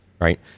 Right